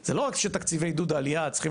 זה לא רק שתקציבי עידוד העלייה היו צריכים